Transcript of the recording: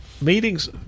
meetings